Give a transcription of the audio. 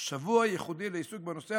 שבוע ייחודי לעיסוק בנושא.